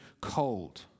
cold